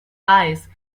eyes